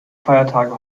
feiertage